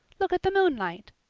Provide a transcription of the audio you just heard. look at the moonlight.